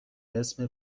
اسم